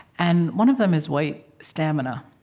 and one of them is white stamina.